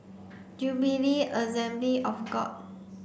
Jubilee Assembly of God